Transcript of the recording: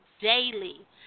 Daily